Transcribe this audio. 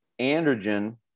androgen